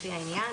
לפי העניין,